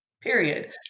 period